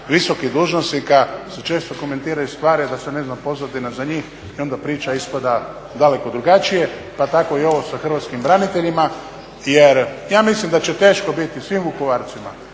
visokih dužnosnika se često komentiraju stvari a da se ne zna pozadina za njih i onda priča ispada daleko drugačije, pa tako i ovo sa Hrvatskim braniteljima. Jer ja mislim da će teško biti svim Vukovarcima,